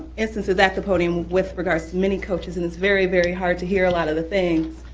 instances at the podium with regards to many coaches, and it's very, very hard to hear a lot of the things.